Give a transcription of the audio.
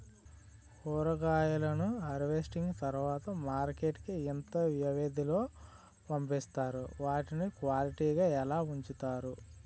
కూరగాయలను హార్వెస్టింగ్ తర్వాత మార్కెట్ కి ఇంత వ్యవది లొ పంపిస్తారు? వాటిని క్వాలిటీ గా ఎలా వుంచుతారు?